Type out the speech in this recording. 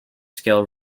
scale